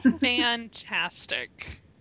Fantastic